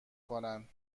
کنن